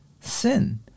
sin